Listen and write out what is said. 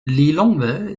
lilongwe